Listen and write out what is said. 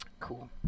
cool